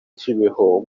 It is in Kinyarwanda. kibeho